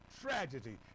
tragedy